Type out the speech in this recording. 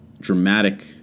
dramatic